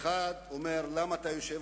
אחד אומר: למה אתה יושב?